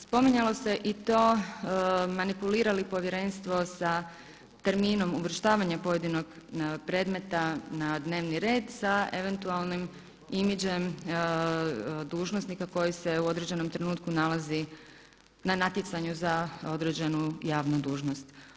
Spominjalo se i to manipulira li Povjerenstvo sa terminom uvrštavanja pojedinog predmeta na dnevni red sa eventualnim imidžem dužnosnika koji se u određenom trenutku nalazi na natjecanju za određenu javnu dužnost.